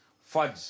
fudge